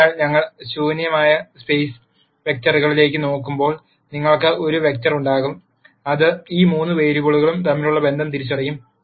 അതിനാൽ ഞങ്ങൾ ശൂന്യമായ സ് പേസ് വെക്റ്ററിലേക്ക് നോക്കുമ്പോൾ നിങ്ങൾക്ക് ഒരു വെക്റ്റർ ഉണ്ടാകും അത് ഈ മൂന്ന് വേരിയബിളുകൾ തമ്മിലുള്ള ബന്ധം തിരിച്ചറിയും